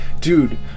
dude